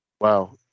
Wow